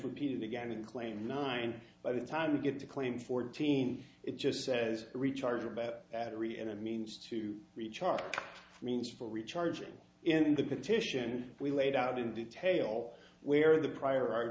repeated again and claim nine by the time you get to claim fourteen it just says rechargeable battery and a means to recharge means for recharging in the petition we laid out in detail where the prior ar